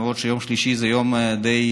למרות שיום שלישי זה יום די